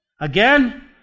Again